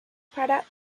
para